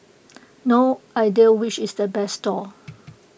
no idea which is the best stall